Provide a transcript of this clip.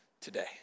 today